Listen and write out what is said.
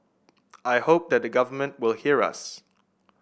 I hope that the government will hear us